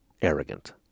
arrogant